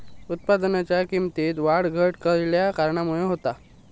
उत्पादनाच्या किमतीत वाढ घट खयल्या कारणामुळे होता?